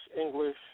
English